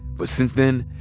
but since then,